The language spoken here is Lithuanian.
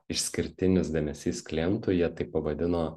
išskirtinis dėmesys klientui jie tai pavadino